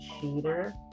cheater